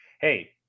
hey